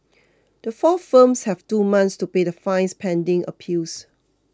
the four firms have two months to pay the fines pending appeals